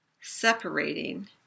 separating